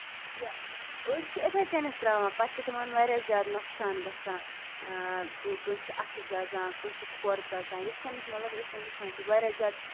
یا أڑۍ چھِ یِتھٕے کَنیتھ تراوان پَتہٕ چھُ تِمن واریاہ زیادٕ نۄقصان گژھان کٲنسہِ چھُ اَتھٕ دَزان کٲنسہِ چھُ کھۄر دَزان یِتھ کٔنۍ أسۍ مطلب یِتھ کَن وٕچھان چھِ واریاہ زیادٕ